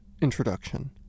Introduction